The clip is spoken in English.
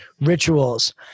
rituals